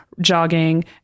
jogging